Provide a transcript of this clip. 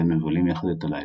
והם מבלים יחד את הלילה.